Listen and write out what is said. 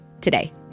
today